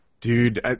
Dude